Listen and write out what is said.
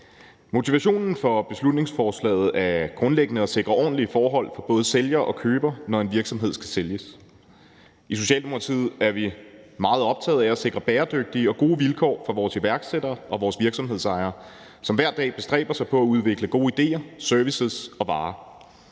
Motivationen for beslutningsforslaget er grundlæggende at sikre ordentlige forhold for både sælger og køber, når en virksomhed skal sælges. I Socialdemokratiet er vi meget optaget af at sikre bæredygtige og gode vilkår for vores iværksættere og vores virksomhedsejere, som hver dag bestræber sig på at udvikle gode idéer, servicer og varer,